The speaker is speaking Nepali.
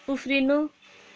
उफ्रिनु